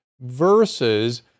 versus